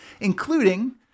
including